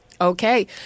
Okay